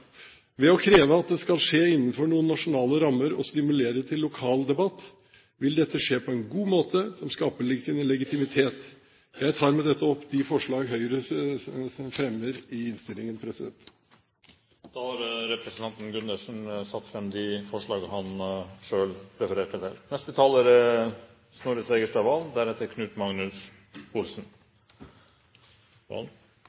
Ved å kreve at det skal skje innenfor noen nasjonale rammer og stimulere til lokal debatt vil dette skje på en god måte som skaper legitimitet. Jeg tar med dette opp de forslag Høyre fremmer i innstillingen. Representanten Gunnar Gundersen har tatt opp de forslag han refererte til. Jeg synes alltid det er